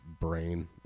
brain